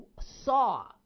saw